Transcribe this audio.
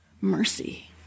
Mercy